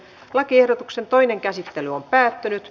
lakiehdotuksen toinen käsittely päättyi